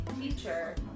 teacher